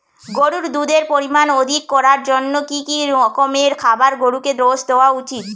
গরুর দুধের পরিমান অধিক করার জন্য কি কি রকমের খাবার গরুকে রোজ দেওয়া উচিৎ?